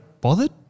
bothered